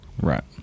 Right